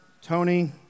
Tony